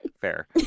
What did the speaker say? fair